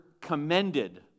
commended